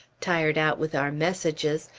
tired out with our messages,